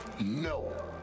No